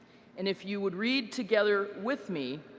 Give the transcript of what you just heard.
and if you would read together with me,